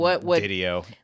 Video